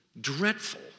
dreadful